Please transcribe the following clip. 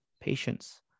patience